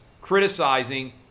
criticizing